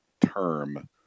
term